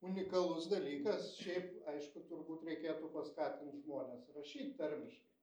unikalus dalykas šiaip aišku turbūt reikėtų paskatint žmones rašyt tarmiškai